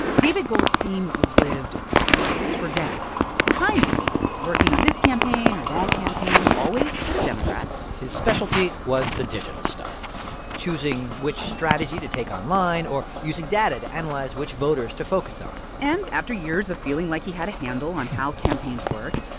david goldstein lived politics for decades behind the scenes, working on this campaign or that campaign, always for the democrats his specialty was the digital stuff choosing which strategy to take online or using data to analyze which voters to focus on and after years of feeling like he had a handle on how campaigns work,